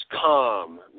calm